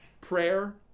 Prayer